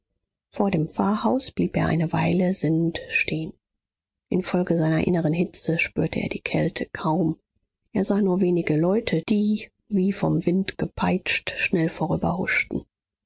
vor dem pfarrhaus blieb er eine weile sinnend stehen infolge seiner inneren hitze spürte er die kälte kaum er sah nur wenige leute die wie vom wind gepeitscht schnell